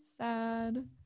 sad